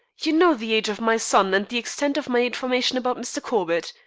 you know the age of my son, and the extent of my information about mr. corbett.